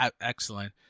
Excellent